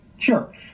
Sure